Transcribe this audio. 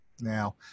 Now